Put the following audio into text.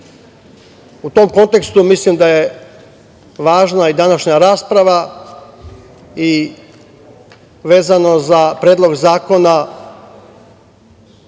tom kontekstu, mislim da je važna i današnja rasprava i vezano za predlog zakona